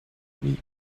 weak